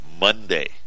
Monday